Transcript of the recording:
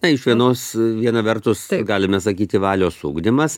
na iš vienos viena vertus galime sakyti valios ugdymas